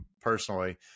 personally